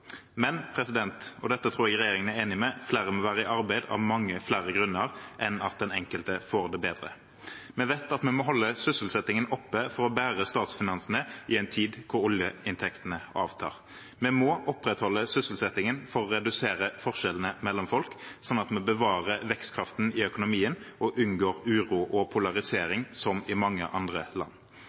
Men – og dette tror jeg regjeringen er enig i – flere må være i arbeid av mange flere grunner enn at den enkelte får det bedre. Vi vet at vi må holde sysselsettingen oppe for å bære statsfinansene i en tid da oljeinntektene avtar. Vi må opprettholde sysselsettingen for å redusere forskjellene mellom folk, slik at vi bevarer vekstkraften i økonomien og unngår uro og polarisering som i mange andre land.